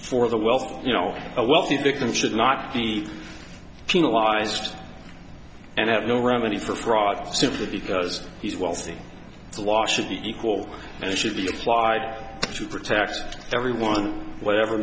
for the wealthy you know a wealthy victim should not be penalized and have no remedy for fraud simply because he's wealthy the law should be equal and should be applied to protect everyone whatever